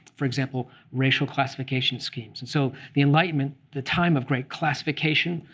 for example, racial classification schemes? and so the enlightenment the time of great classification,